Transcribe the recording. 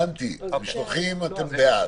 משלוחים אתם בעד.